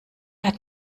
hat